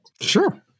Sure